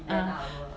ah